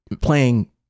playing